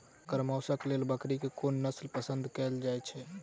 एकर मौशक लेल बकरीक कोन नसल पसंद कैल जाइ छै?